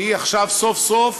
עכשיו סוף-סוף